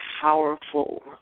powerful